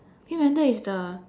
pink panther is the